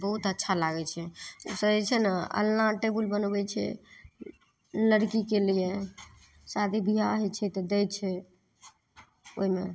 बहुत अच्छा लागय छै उसब जे छै ने अलना टेबुल बनबय छै लड़कीके लिये शादी बियाह होइ छै तऽ दै छै ओइमे